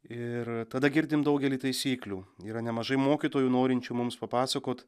ir tada girdim daugelį taisyklių yra nemažai mokytojų norinčių mums papasakot